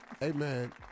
Amen